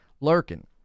lurking